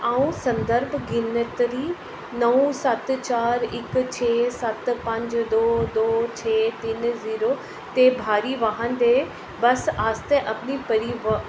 अ'ऊं संदर्भ गिनतरी नौ सत्त चार इक छे सत्त पंज दो दो छे तिन्न जीरो ते भारी वाह्न ते बस आस्तै अपनी